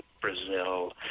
Brazil